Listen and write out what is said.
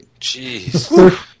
Jeez